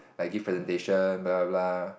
like give presentation blah blah blah